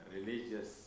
Religious